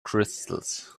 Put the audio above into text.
crystals